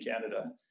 Canada